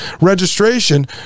registration